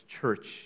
church